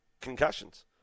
concussions